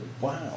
Wow